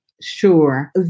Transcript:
Sure